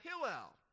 Hillel